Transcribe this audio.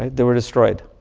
they were destroyed.